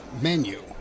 menu